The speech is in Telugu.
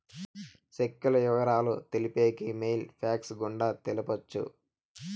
సెక్కుల ఇవరాలు తెలిపేకి మెయిల్ ఫ్యాక్స్ గుండా తెలపొచ్చు